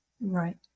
Right